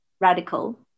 radical